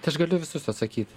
tai aš galiu į visus atsakyt